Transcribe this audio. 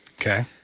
Okay